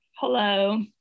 Hello